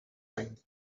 thing